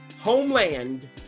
Homeland